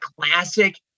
classic